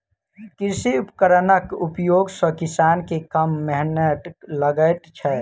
कृषि उपकरणक प्रयोग सॅ किसान के कम मेहनैत लगैत छै